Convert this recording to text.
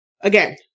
again